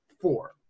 four